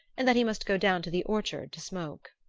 and that he must go down to the orchard to smoke.